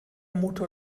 motor